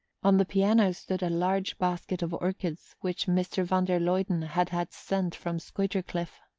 on the piano stood a large basket of orchids which mr. van der luyden had had sent from skuytercliff.